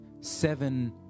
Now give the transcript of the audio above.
seven